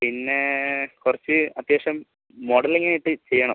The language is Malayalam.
പിന്നേ കുറച്ച് അത്യാവശ്യം മോഡലിങ്ങായിട്ട് ചെയ്യണം